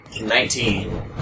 Nineteen